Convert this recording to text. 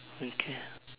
okay